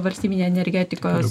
valstybinė energetikos